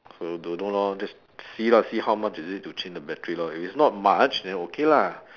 so don't know lor just see lor see how much is it to change the battery lor if it's not much then okay lah